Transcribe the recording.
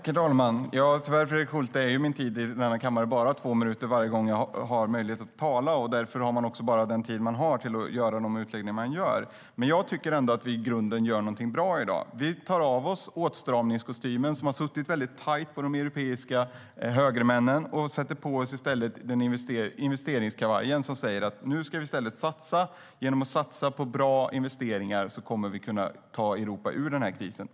Herr talman! Tyvärr, Fredrik Schulte, är min repliktid i kammaren bara två minuter, och därför har jag bara den tiden till att göra de utläggningar jag gör. Jag tycker att vi i grunden gör någonting bra i dag. Vi tar av oss åtstramningskostymen, som suttit tajt på de europeiska högermännen, och sätter i stället på oss investeringskavajen, som säger att vi nu ska satsa. Genom att satsa på bra investeringar kommer vi att kunna ta Europa ur krisen.